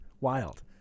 wild